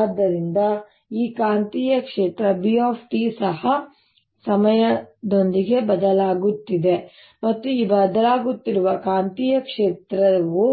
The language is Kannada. ಆದ್ದರಿಂದ ಈ ಕಾಂತೀಯ ಕ್ಷೇತ್ರ B ಸಹ ಸಮಯದೊಂದಿಗೆ ಬದಲಾಗುತ್ತಿದೆ ಮತ್ತು ಈ ಬದಲಾಗುತ್ತಿರುವ ಕಾಂತೀಯ ಕ್ಷೇತ್ರವು